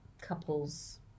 couples